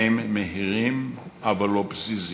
הם מהירים אבל לא פזיזים.